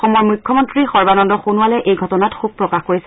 অসমৰ মুখ্যমন্ত্ৰী সৰ্বানন্দ সোণোৱালে এই ঘটনাত শোক প্ৰকাশ কৰিছে